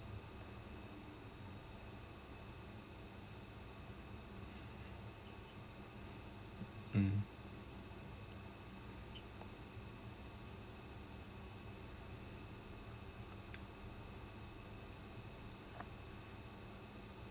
um